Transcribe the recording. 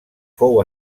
fou